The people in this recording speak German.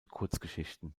kurzgeschichten